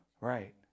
Right